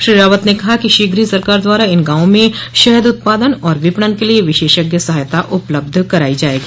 श्री रावत ने कहा कि शीघ्र ही सरकार द्वारा इन गांवों में शहद उत्पादन और विपणन के लिये विशेषज्ञ सहायता उपलब्ध करायी जायेगी